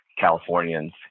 Californians